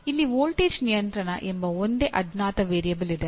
ಇಲ್ಲಿ ವೋಲ್ಟೇಜ್ ನಿಯಂತ್ರಣ ಎಂಬ ಒಂದೇ ಅಜ್ಞಾತ ವೇರಿಯಬಲ್ ಇದೆ